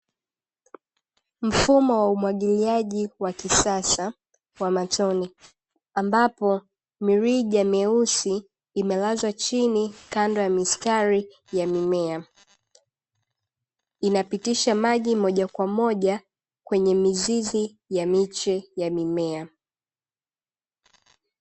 Mfumo wa umwagiliaji wa kisasa wa matone, ambapo mirija meusi imelazwa chini kando ya mistari ya mimea, inapitisha maji moja kwa moja kwenye mizizi ya miche ya mimea.